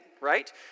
right